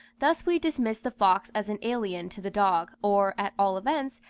thus we dismiss the fox as an alien to the dog, or, at all events,